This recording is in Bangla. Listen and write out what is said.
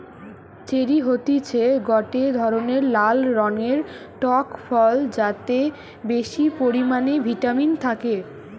চেরি হতিছে গটে ধরণের লাল রঙের টক ফল যাতে বেশি পরিমানে ভিটামিন থাকে